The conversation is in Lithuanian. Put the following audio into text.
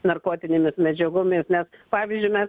narkotinėmis medžiagomis nes pavyzdžiui mes